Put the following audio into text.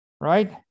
right